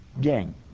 gang